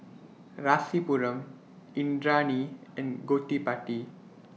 Rasipuram Indranee and Gottipati